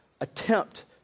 attempt